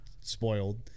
spoiled